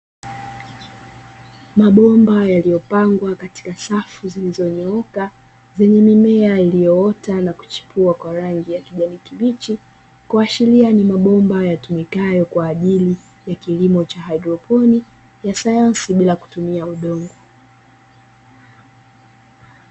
Mabomba yaliyopangwa katika safu zilizonyooka zenye mimea iliyoota na kuchipua kwa rangi ya kijani kibichi, kuashiria ni mabomba yatumikayo kwaajili ya kilimo cha haidroponi ya sayansi bila kutumia udongo.